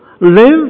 Live